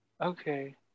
Okay